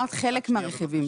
אמרת חלק מהרכיבים.